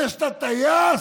זה שאתה טייס